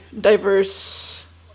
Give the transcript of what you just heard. diverse